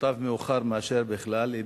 מוטב מאוחר מאשר בכלל לא,